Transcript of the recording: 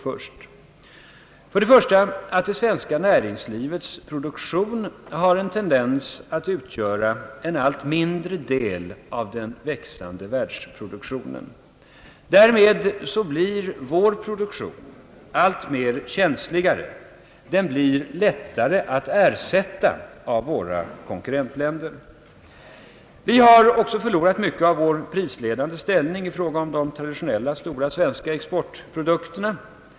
För det första tenderar det svenska näringslivets produktion att utgöra en allt mindre del av den växande världsproduktionen. Därmed blir vår produktion känsligare. Den blir lättare att ersätta av våra konkurrentländer. Vi har också förlorat mycket av vår prisledande ställning i fråga om de traditionella stora svenska exportprodukterna.